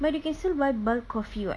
but you can still buy bulk coffee what